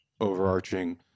overarching